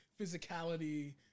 physicality